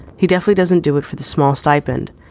he definitely doesn't do it for the small stipend.